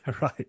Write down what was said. Right